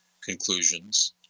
conclusions